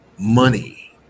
money